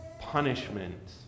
punishment